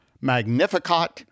Magnificat